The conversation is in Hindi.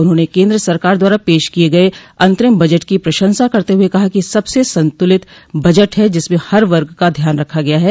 उन्होंने केन्द्र सरकार द्वारा पेश किये गये अंतरिम बजट की प्रशंसा करते हुए कहा कि यह सबसे संतुलित बजट है जिसमें हर वर्ग का ध्यान रखा गया है